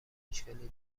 اشکالی